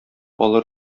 алыр